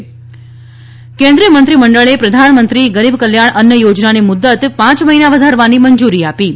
મંત્રીમંડળ યોજના કેન્દ્રીય મંત્રીમંડળે પ્રધાનમંત્રી ગરીબ કલ્યાણ અન્ન યોજનાની મુદત પાંચ મહિના વધારવાની મંજૂરી આપી છે